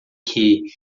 que